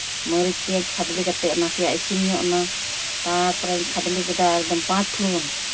ᱢᱟᱹᱨᱤᱪ ᱯᱮᱸᱭᱟᱡᱽ ᱠᱷᱟᱫᱽᱞᱮ ᱠᱟᱛᱮ ᱱᱟᱥᱮᱭᱟᱜ ᱤᱥᱤᱱ ᱧᱚᱜ ᱱᱟ ᱛᱟᱨᱯᱚᱨᱮᱧ ᱠᱷᱟᱫᱽᱞᱮ ᱠᱮᱫᱟ ᱮᱠᱫᱚᱢ ᱯᱟᱸᱪ ᱯᱷᱚᱲᱚᱱ